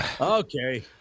okay